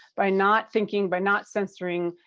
by not thinking, by not censoring,